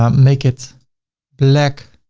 um make it black,